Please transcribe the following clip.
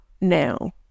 now